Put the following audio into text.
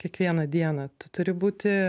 kiekvieną dieną tu turi būti